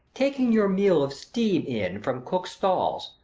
taking your meal of steam in, from cooks' stalls,